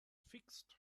fixed